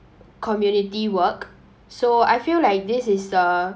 community work so I feel like this is the